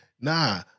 Nah